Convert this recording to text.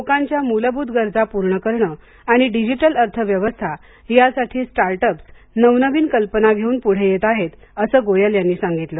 लोकांच्या मूलभूत गरजा पूर्ण करणं आणि डिजिटल अर्थव्यवस्था यासाठी स्टार्टअप्स नवनवीन कल्पना घेऊन पुढे येत आहेत असं गोयल यांनी सांगितलं